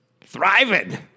thriving